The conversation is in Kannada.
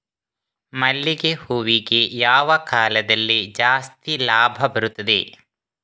ಮಲ್ಲಿಗೆ ಹೂವಿಗೆ ಯಾವ ಕಾಲದಲ್ಲಿ ಜಾಸ್ತಿ ಲಾಭ ಬರುತ್ತದೆ?